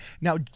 Now